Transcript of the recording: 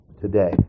today